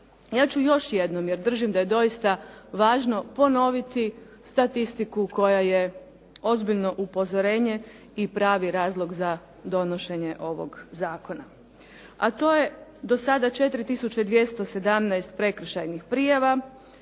Ja ću još jednom jer držim da je doista važno ponoviti statistiku koja je ozbiljno upozorenje i pravi razlog za donošenje ovog zakona. A to je do sada 4217 prekršajnih prijava,